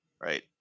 right